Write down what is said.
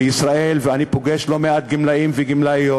בישראל, ואני פוגש לא מעט גמלאים וגמלאיות,